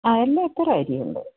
ആ എല്ലാത്തരം അരിയുമുണ്ട്